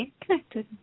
connected